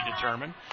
determined